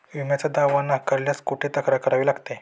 विम्याचा दावा नाकारल्यास कुठे तक्रार करावी लागते?